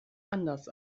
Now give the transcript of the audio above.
anders